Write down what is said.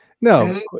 No